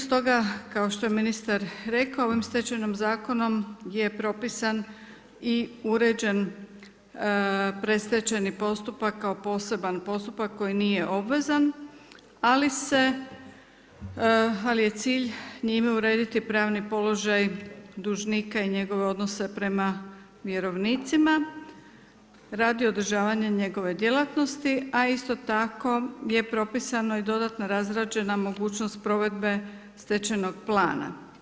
Stoga kao što je ministar rekao ovim stečajnim zakonom je propisan i uređen predstečajni postupak kao poseban postupak koji nije obvezan, ali je cilj njime urediti pravni položaj dužnika i njegove odnose prema vjerovnicima radi održavanja njegove djelatnosti, a isto tako je propisano i dodatno razrađena mogućnost provedbe stečajnog plana.